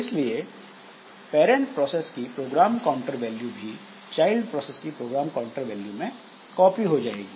इसलिए parent process की program counter value भी चाइल्ड प्रोसेस की प्रोग्राम काउंटर वैल्यू में कॉपी हो जाएगी